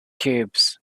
cubes